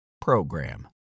program